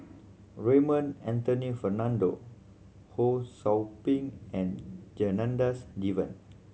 Raymond Anthony Fernando Ho Sou Ping and Janadas Devan